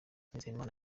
nizeyimana